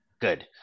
Good